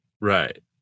Right